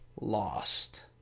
lost